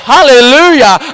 Hallelujah